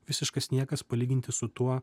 visiškas niekas palyginti su tuo